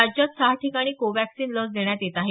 राज्यात सहा ठिकाणी को वॅक्सीन लस देण्यात येत आहे